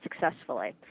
successfully